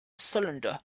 cylinder